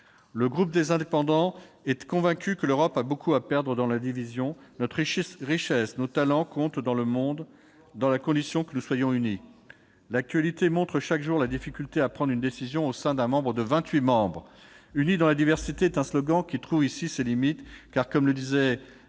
Le groupe Les Indépendants est convaincu que l'Europe à beaucoup à perdre dans la division. Notre richesse et nos talents comptent dans le monde, à la condition que nous soyons unis. L'actualité montre chaque jour la difficulté à prendre une décision au sein d'un club de vingt-huit membres. « Unie dans la diversité » est un slogan qui trouve ces limites ; comme le disait